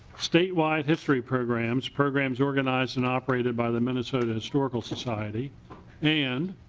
statewide history programs programs organized and operated by the minnesota historical society and